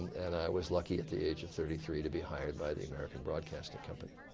and i was lucky at the age of thirty three to be hired by the american broadcasting company.